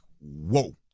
whoa